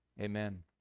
amen